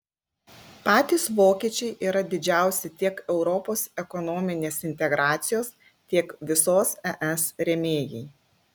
patys vokiečiai yra didžiausi tiek europos ekonominės integracijos tiek visos es rėmėjai